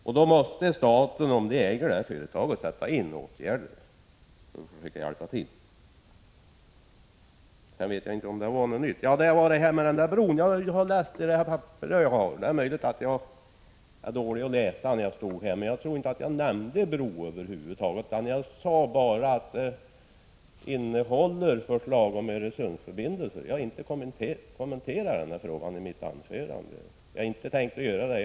Om staten äger det företag som berörs måste den försöka hjälpa till genom att sätta in åtgärder. Jag vet inte om det var något ytterligare av det jag sade i mitt anförande som nu har tagits upp. Det är möjligt att jag är dålig på att läsa när jag står här i talarstolen, men jag tror inte att jag över huvud taget nämnde något om en bro över Öresund. Jag sade bara att propositionen innehåller förslag om Öresundsförbindelser. Jag har inte kommenterat denna fråga i mitt anförande, och jag har inte tänkt att göra det.